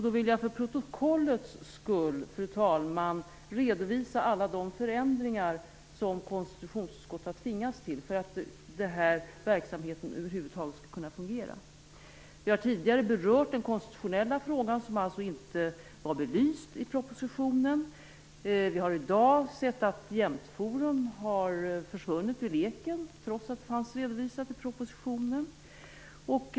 Då vill jag för protokollets skull, fru talman, redovisa alla de förändringar som konstitutionsutskottet har tvingats till för att den här verksamheten över huvud taget skall kunna fungera. Vi har tidigare berört den konstitutionella frågan, som alltså inte var belyst i propositionen. Vi har i dag sett att Jämtforum har försvunnit ur leken, trots att det fanns redovisat i propositionen.